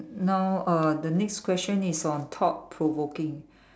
now uh the next question is on though provoking